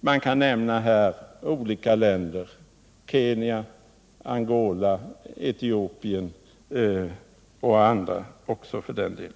Jag kan här nämna exempel på sådana länder: Kenya, Angola, Etiopien — och andra också för den delen.